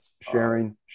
sharing